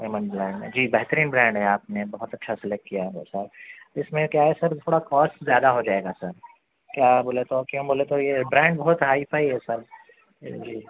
Ahmad brand میں جی بہترین برینڈ ہے آپ نے بہت اچھا سلیکٹ کیا ہے بھائی صاحب اس میں کیا ہے سر تھوڑا کوسٹ زیادہ ہوجائے گا سر کیا بولے تو کیوں بولے تو برینڈ بہت ہائی فائی ہے سر جی